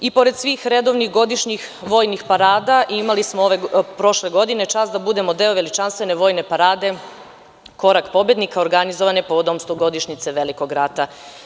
Pored svih redovnih godišnjih vojnih parada imali smo prošle godine čast da budemo deo veličanstvene vojne parade „Korak pobednika“ organizovane povodom stogodišnjice velikog rata.